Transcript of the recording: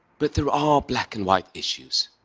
but there are black and white issues.